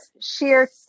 sheer